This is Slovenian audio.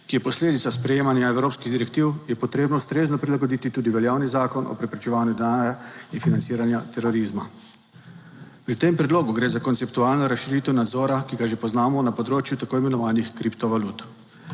ki je posledica sprejemanja evropskih direktiv, je potrebno ustrezno prilagoditi tudi veljavni Zakon o preprečevanju denarja in financiranja terorizma. Pri tem predlogu gre za konceptualno razširitev nadzora, ki ga že poznamo na področju tako imenovanih kriptovalut.